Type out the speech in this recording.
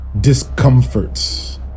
discomforts